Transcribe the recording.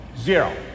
Zero